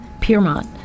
Piermont